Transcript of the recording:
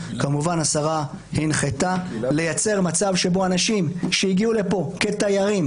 כמובן השרה הנחתה לייצר מצב שבו אנשים שהגיעו לפה כתיירים,